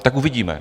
Tak uvidíme.